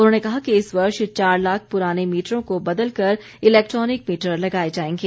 उन्होंने कहा कि इस वर्ष चार लाख पुराने मीटरों को बदलकर इलैक्ट्रॉनिक मीटर लगाए जाएंगे